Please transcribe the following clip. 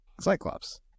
Cyclops